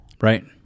Right